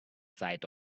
sight